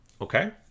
Okay